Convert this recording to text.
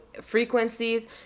frequencies